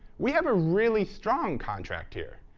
we have a really strong contract here.